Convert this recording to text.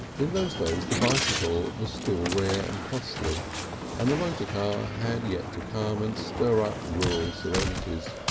in those days the bicycle was still rare and costly and the motor car had yet to come and stir up rural serenities.